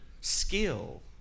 skill